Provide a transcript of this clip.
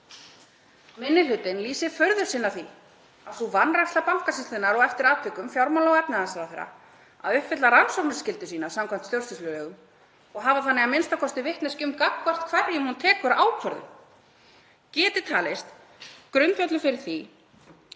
Minni hlutinn lýsir furðu sinni á því að sú vanræksla Bankasýslunnar, og eftir atvikum fjármála- og efnahagsráðherra, að uppfylla rannsóknarskyldu sína samkvæmt stjórnsýslulögum, og hafa þannig að minnsta kosti vitneskju um gagnvart hverjum hún tekur ákvörðun, geti talist grundvöllur fyrir því